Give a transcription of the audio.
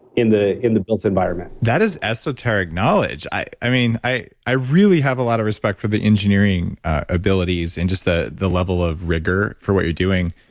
in the in the built environment that is esoteric knowledge. i i mean, i i really have a lot of respect for the engineering abilities and just the the level of rigor for what you're doing.